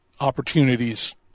opportunities